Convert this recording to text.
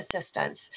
assistance